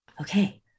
okay